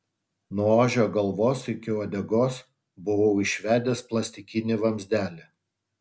nuo ožio galvos iki uodegos buvau išvedęs plastikinį vamzdelį